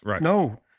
no